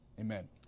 amen